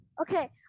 okay